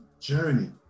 journey